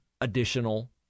additional